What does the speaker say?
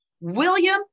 William